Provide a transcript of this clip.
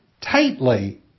tightly